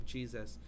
Jesus